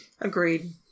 Agreed